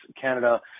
Canada